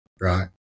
right